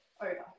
over